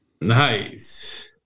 Nice